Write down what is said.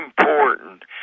important